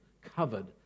covered